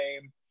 name